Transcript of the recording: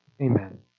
Amen